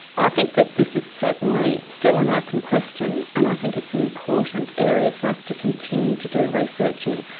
i think that this is certainly still an ah open question, and i think it's an important area for us to continue to do research in.